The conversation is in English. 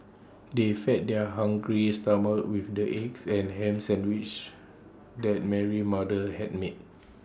they fed their hungry stomachs with the eggs and Ham Sandwiches that Mary's mother had made